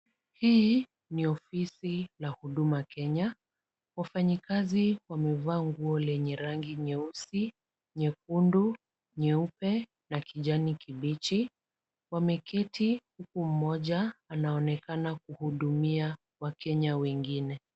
Hii ni ofisi la Huduma Kenya. Wafanyikazi wamevaa nguo lenye rangi nyeusi, nyekundu, nyeupe na kijani kibichi. Wameketi huku mmoja anaonekana kuhudumia wakenya wengine.